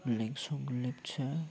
Lengsong Lepcha